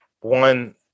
One